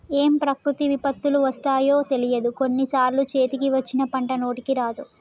ఏం ప్రకృతి విపత్తులు వస్తాయో తెలియదు, కొన్ని సార్లు చేతికి వచ్చిన పంట నోటికి రాదు